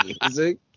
music